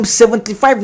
75